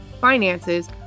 finances